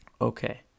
Okay